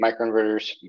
microinverters